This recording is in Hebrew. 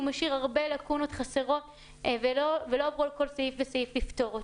משאיר לקונות רבות חסרות ולא עברו על כל סעיף וסעיף לפתור אותו.